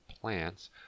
plants